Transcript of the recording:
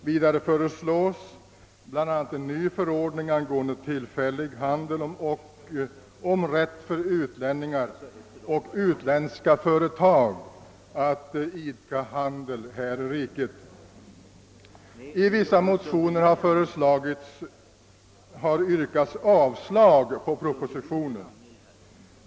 Vidare föreslås bl.a. en ny förordning angående tillfällig handel och om rätt för utlänning och utländskt företag att idka handel här i riket. I vissa motioner har det yrkats avslag på propositionen.